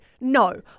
no